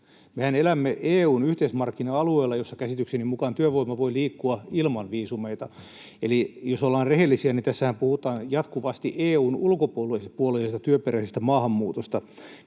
elämme EU:n yhteismarkkina-alueella, jolla käsitykseni mukaan työvoima voi liikkua ilman viisumeita. Eli jos ollaan rehellisiä, niin tässähän puhutaan jatkuvasti EU:n ulkopuolisesta työperäisestä maahanmuutosta.